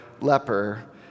leper